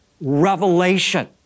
revelation